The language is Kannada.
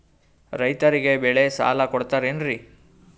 ರೈತರಿಗೆ ಬೆಳೆ ಸಾಲ ಕೊಡ್ತಿರೇನ್ರಿ?